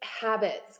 habits